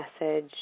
message